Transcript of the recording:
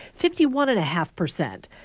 fifty one and a half percent.